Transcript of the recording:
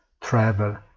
travel